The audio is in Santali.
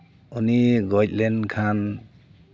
ᱩᱱᱤᱭ ᱜᱚᱡ ᱞᱮᱱᱠᱷᱟᱱ